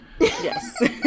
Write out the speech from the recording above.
Yes